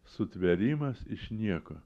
sutvėrimas iš nieko